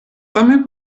same